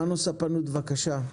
מנו ספנות, בבקשה.